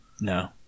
No